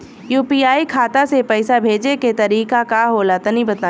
UPI खाता से पइसा भेजे के तरीका का होला तनि बताईं?